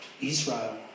Israel